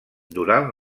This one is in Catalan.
durant